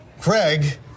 Craig